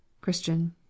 Christian